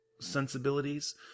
sensibilities